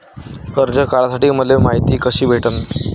कर्ज काढासाठी मले मायती कशी भेटन?